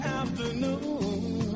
afternoon